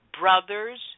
brothers